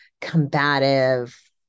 combative